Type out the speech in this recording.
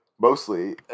Mostly